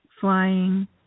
flying